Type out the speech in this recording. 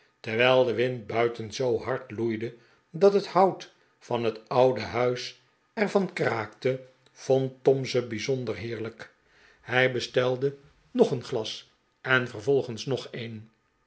terwijl de wind buiten zoo hard loeide dat het hout van het oude huis er van kraakte vond tom ze bijzonder heerlijk hij bestelde nog een glas en vervolgens nog een